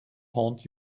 haunt